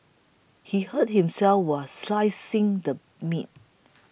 he hurt himself while slicing the meat